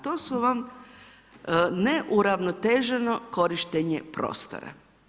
To su vam neuravnoteženo korištenje prostora.